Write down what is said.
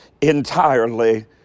entirely